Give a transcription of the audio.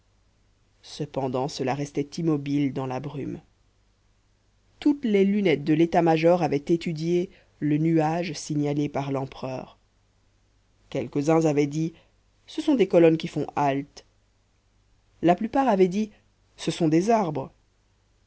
cependant cela restait immobile dans la brume toutes les lunettes de l'état-major avaient étudié le nuage signalé par l'empereur quelques-uns avaient dit ce sont des colonnes qui font halte la plupart avaient dit ce sont des arbres